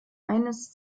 eines